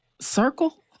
circle